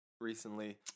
recently